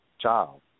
child